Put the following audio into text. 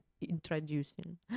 introducing